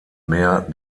mehr